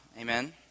Amen